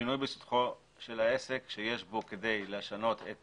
"שינוי בשטחו של העסק שיש בו כדי לשנות את